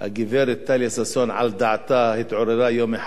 התעוררה יום אחד בהיר והציגה לנו דוח.